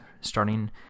starting